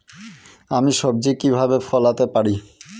আমি সবজি কিভাবে ফলাতে পারি?